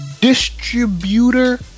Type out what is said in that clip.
distributor